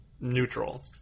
neutral